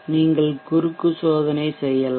நீங்கள் குறுக்கு சோதனை செய்யலாம்